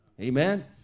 amen